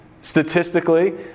Statistically